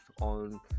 on